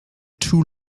too